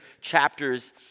chapters